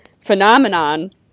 phenomenon